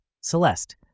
Celeste